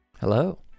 Hello